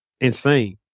insane